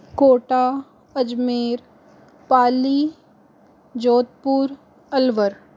Kota Ajmer Pali Jodhpur Alwar